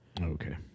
Okay